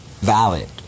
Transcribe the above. valid